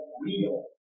real